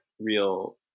real